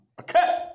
Okay